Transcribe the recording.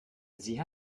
sie